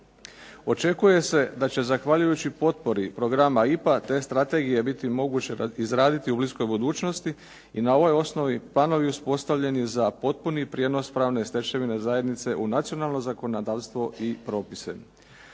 Očekuje se da će zahvaljujući potpori programa IPA te strategije biti moguće izraditi u bliskoj budućnosti, i na ovoj osnovi planovi uspostavljeni za potpuni prijenos pravne stečevine zajednice u nacionalno zakonodavstvo i propise.